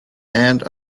and